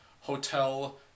hotel